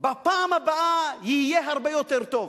בפעם הבאה יהיה הרבה יותר טוב.